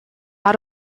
out